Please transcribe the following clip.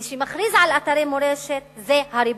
מי שמכריז על אתרי מורשת זה הריבון.